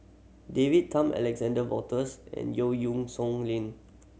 David Tham Alexander Wolters and Yeo Song Nian